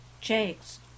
Jakes